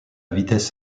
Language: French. vitesse